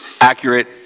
accurate